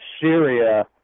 Syria